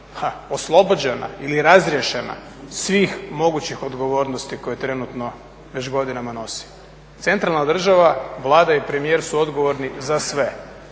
oslobođena ili razriješena svih mogućih odgovornosti koje trenutno već godinama nosimo. Centralna država Vlada i premijer su odgovorni za sve